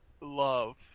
love